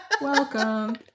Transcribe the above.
Welcome